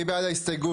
מי בעד ההסתייגות?